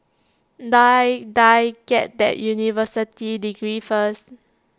Die Die get that university degree first